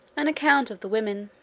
an account of the women.